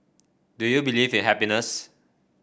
do you believe in happiness